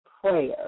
prayer